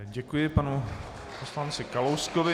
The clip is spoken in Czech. Děkuji panu poslanci Kalouskovi.